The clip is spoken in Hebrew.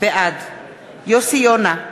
בעד יוסי יונה,